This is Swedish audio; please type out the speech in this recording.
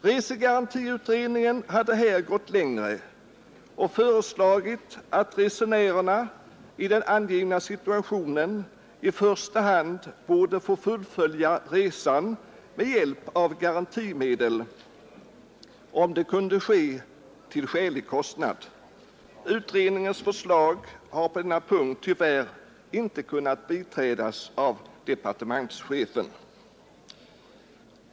Resegarantiutredningen hade här gått längre och föreslagit att resenärerna i den angivna situationen i första hand borde få fullfölja resan med hjälp av garantimedel, om det kunde ske till skälig kostnad. Utredningens förslag har på denna punkt tyvärr inte kunnat biträdas av departementschefen.